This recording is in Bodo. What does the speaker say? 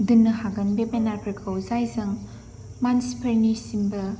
दोननो हागोन बे बेनारफोरखौ जायजों मानसिफोरनिसिमबो